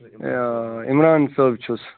عمران صٲب چھُس